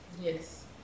Yes